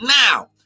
now